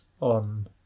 on